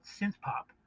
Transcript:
synth-pop